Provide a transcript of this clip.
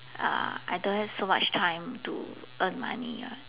uh I don't have so much time to earn money [what]